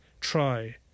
Try